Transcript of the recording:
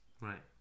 Right